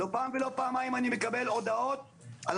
לא פעם ולא פעמיים אני מקבל הודעות על